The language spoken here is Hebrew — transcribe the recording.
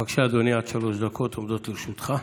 בבקשה, אדוני, עד שלוש דקות עומדות לרשותך.